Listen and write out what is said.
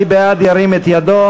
מי בעד, ירים את ידו.